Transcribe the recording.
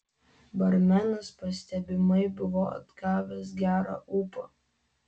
barmenas pastebimai buvo atgavęs gerą ūpą